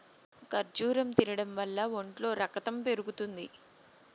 ఖర్జూరం తినడం వల్ల ఒంట్లో రకతం పెరుగుతుంది